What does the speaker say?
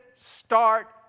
start